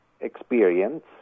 experience